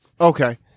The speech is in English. Okay